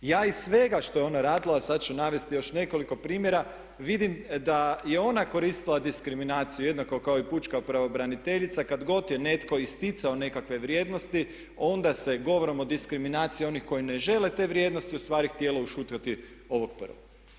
Ja iz svega što je ona radila, a sad ću navesti još nekoliko primjera, vidim da je ona koristila diskriminaciju jednako kao i pučka pravobraniteljica kad god je netko isticao nekakve vrijednosti onda se govorom o diskriminaciji onih koji ne žele te vrijednosti ustvari htjelo ušutkati ovog prvog.